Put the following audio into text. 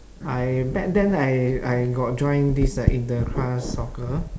I back then I I got join this uh inter-class soccer